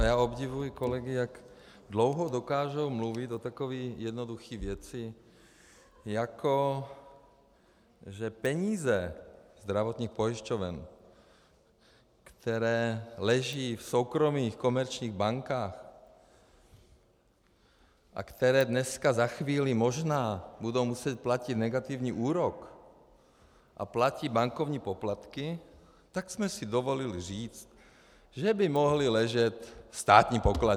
Já obdivuji kolegy, jak dlouho dokážou mluvit o takové jednoduché věci, jako že peníze zdravotních pojišťoven, které leží v soukromých komerčních bankách a které dneska, za chvíli, možná budou muset platit negativní úrok, a platí bankovní poplatky, tak jsme si dovolili říct, že by mohly ležet v státní pokladně.